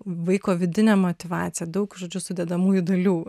vaiko vidinė motyvacija daug žodžiu sudedamųjų dalių